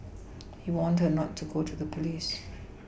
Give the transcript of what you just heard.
he warned her not to go to the police